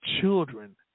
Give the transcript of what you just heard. children